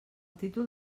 títol